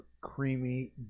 creamy